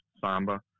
Samba